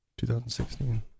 2016